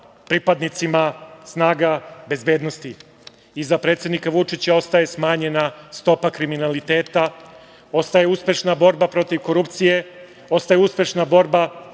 pripadnicima snaga bezbednosti. Iza predsednika Vučića ostaje smanjena stopa kriminaliteta, ostaje uspešna borba protiv korupcije, ostaje uspešna borba